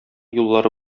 юллары